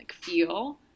feel